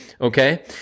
Okay